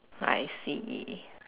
I see